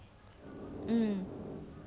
hmm